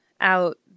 out